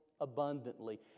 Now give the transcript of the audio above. Abundantly